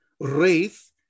Wraith